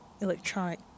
electronic